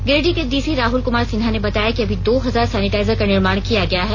गिरिडीह के डीसी राहल क्मार सिन्हा ने बताया कि अभी दो हजार सैनिटाइजर का निर्माण किया गया है